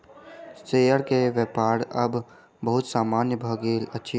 share के व्यापार आब बहुत सामान्य भ गेल अछि